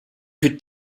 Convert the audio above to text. für